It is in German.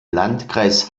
landkreis